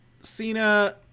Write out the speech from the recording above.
Cena